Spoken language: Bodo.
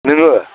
नोङो